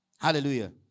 Hallelujah